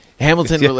Hamilton